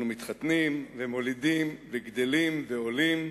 אנחנו מתחתנים, ומולידים, וגדלים, ועולים,